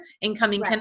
incoming